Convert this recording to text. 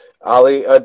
Ali